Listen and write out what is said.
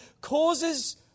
causes